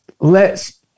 lets